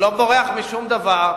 אני לא בורח משום דבר,